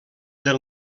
del